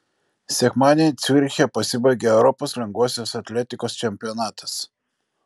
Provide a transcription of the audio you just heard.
sekmadienį ciuriche pasibaigė europos lengvosios atletikos čempionatas